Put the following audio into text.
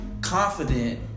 confident